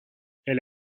elle